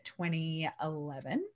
2011